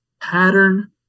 pattern